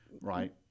right